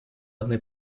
одной